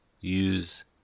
use